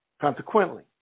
Consequently